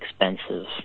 expensive